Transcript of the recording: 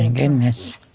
goodness.